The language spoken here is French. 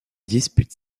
dispute